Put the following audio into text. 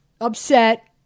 upset